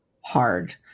hard